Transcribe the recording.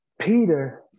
Peter